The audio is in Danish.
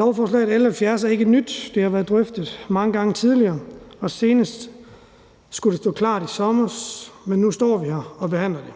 Lovforslag L 70 er ikke nyt. Det har været drøftet mange gange tidligere, og senest skulle det stå klar i sommer, men nu står vi her og behandler det.